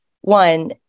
one